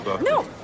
No